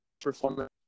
performance